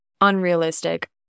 unrealistic